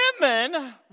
Women